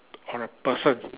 or a person